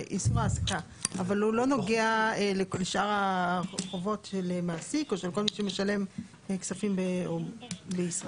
אבל הוא לא נוגע לשאר החובות של מעסיק או מי שמשלם כספים בישראל.